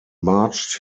marched